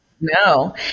No